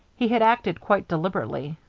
he had acted quite deliberately,